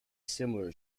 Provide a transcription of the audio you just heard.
similar